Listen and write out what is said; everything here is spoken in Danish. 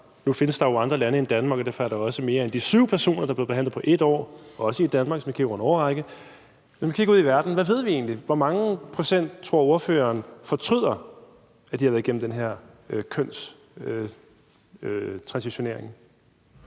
Nu findes der jo andre lande end Danmark, og derfor er der også flere end de syv personer, der er blevet behandlet på et år, også i Danmark, hvis man kigger over en årrække. Men hvis man kigger ud i verden, hvad ved vi så egentlig? Hvor mange procent tror ordføreren fortryder, at de har været igennem den her kønstransition?